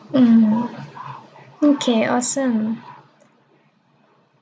mm okay awesome